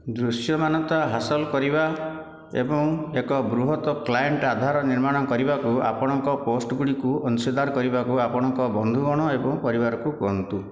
ଦୃଶ୍ୟମାନତା ହାସଲ କରିବା ଏବଂ ଏକ ବୃହତ କ୍ଲାଏଣ୍ଟ୍ ଆଧାର ନିର୍ମାଣ କରିବାକୁ ଆପଣଙ୍କ ପୋଷ୍ଟଗୁଡ଼ିକୁ ଅଂଶୀଦାର କରିବାକୁ ଆପଣଙ୍କ ବନ୍ଧୁଗଣ ଏବଂ ପରିବାରକୁ କୁହନ୍ତୁ